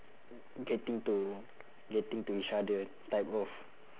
getting to getting to each other type of